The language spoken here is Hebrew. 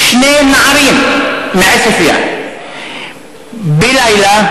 שני נערים מעספיא בלילה,